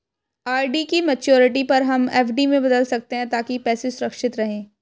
RD की maturity पर हम एफ.डी में बदल सकते है ताकि पैसे सुरक्षित रहें